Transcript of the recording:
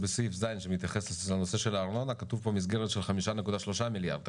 ובסעיף ז שמתייחס לנושא של הארנונה כתוב מסגרת של 5.3 מיליארד.